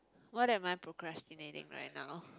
what am I procrastinating right now